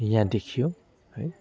यहाँ देखियो है